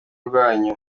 rwanyu